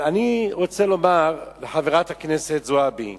אני רוצה לומר לחברת הכנסת זועבי,